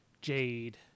Jade